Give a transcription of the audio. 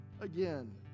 again